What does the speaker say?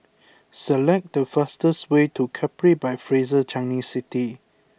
select the fastest way to Capri by Fraser Changi City